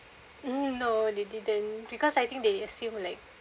um no they didn't because I think they assume like